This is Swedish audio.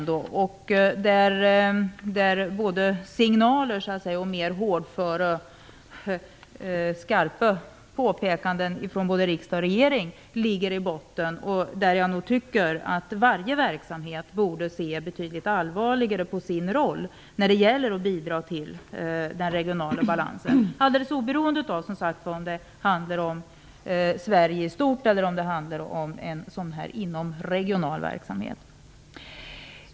Det finns både signaler och mer skarpa påpekanden från riksdagen och regeringen i detta avseende. Varje verksamhet borde nog se betydligt allvarligare på sin roll när det gäller att bidra till den regionala balansen, alldeles oberoende av om det handlar om Sverige i stort eller om en sådan här inomregional verksamhet.